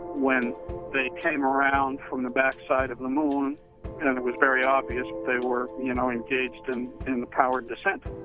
when they came around from the back side of the moon and and it was very obvious they were, you know, engaged and in the powered descent.